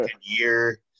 year